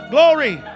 Glory